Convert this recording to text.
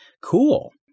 Cool